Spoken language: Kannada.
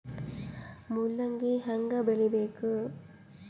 ಮೂಲಂಗಿ ಹ್ಯಾಂಗ ಬೆಳಿಬೇಕು?